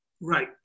Right